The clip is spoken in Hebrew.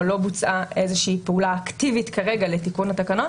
אבל לא בוצעה איזה שהיא פעולה אקטיבית כרגע לתיקון התקנות.